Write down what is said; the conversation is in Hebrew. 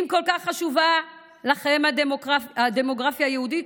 אם כל כך חשובה לכם הדמוגרפיה היהודית,